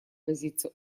возиться